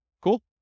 Cool